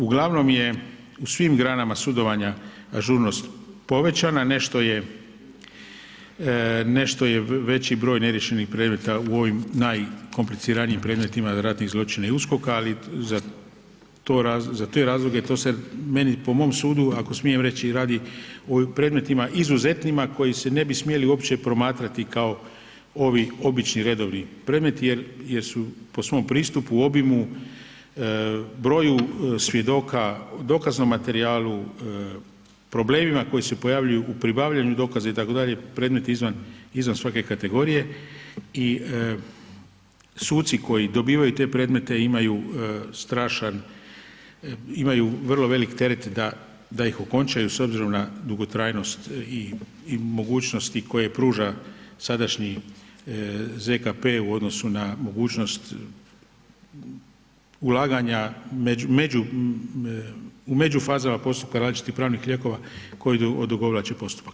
Uglavnom je u svim granama sudovanja ažurnost povećana, nešto je veći broj neriješenih predmeta u ovim najkompliciranijim predmetima ratnih zločina i USKOK-a ali za te razloge to se meni po mom sudu, ako smijem reći radi o predmetima izuzetnima koji se ne bi smjeli uopće promatrati kao ovi obični redovni predmeti jer su po svom pristupu, obimu, broju svjedoka, dokaznom materijalu, problemima koji se pojavljuju u pribavljanju dokaza itd. predmeti izvan svake kategorije i suci koji dobivaju te predmete imaju strašan, imaju vrlo velik teret da ih okončaju s obzirom na dugotrajnost i mogućnosti koje pruža sadašnji ZKP u odnosu na mogućnost ulaganja među, u međufazama postupka različitih pravnih lijekova koji odugovlače postupak.